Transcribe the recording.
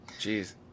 Jeez